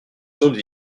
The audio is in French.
sommes